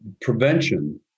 prevention